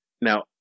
now